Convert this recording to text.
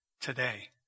today